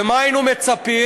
ומה היינו מצפים?